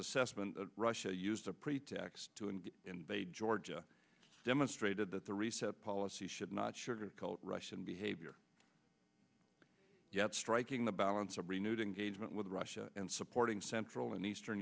assessment of russia used a pretext to invade invade georgia demonstrated that the reset policy should not sugarcoat russian behavior yet striking the balance of renewed engagement with russia and supporting central and eastern